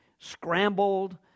scrambled